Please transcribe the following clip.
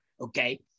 Okay